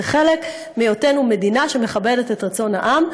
זה חלק מהיותנו מדינה שמכבדת את רצון העם,